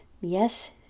Yes